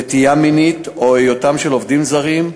נטייה מינית או היותם עובדים זרים,